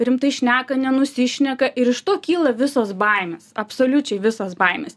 rimtai šneka nenusišneka ir iš to kyla visos baimės absoliučiai visos baimės